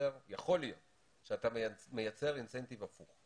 שיכול להיות שאתה מייצר אינסנטיב הפוך.